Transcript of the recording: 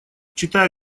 читая